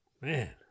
Man